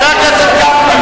חבר הכנסת גפני.